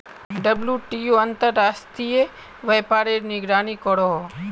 WTO अंतर्राश्त्रिये व्यापारेर निगरानी करोहो